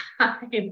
time